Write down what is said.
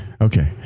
okay